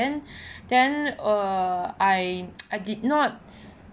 and then err I I did not